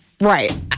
Right